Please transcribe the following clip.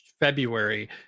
february